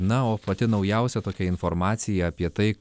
na o pati naujausia tokia informacija apie tai